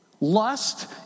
Lust